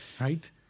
right